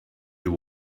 you